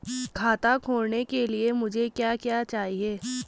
खाता खोलने के लिए मुझे क्या क्या चाहिए?